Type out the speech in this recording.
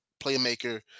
playmaker